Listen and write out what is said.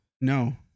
no